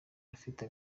afite